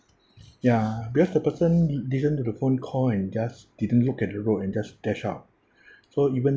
ya because the person di~ didn't do the phone call and just didn't look at the road and just dash out so even